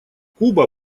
куба